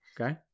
Okay